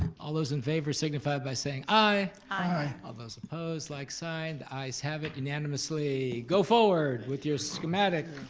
all those in favor, signify by saying aye. aye. all those opposed like side, ayes have it unanimously. go forward with your schematic,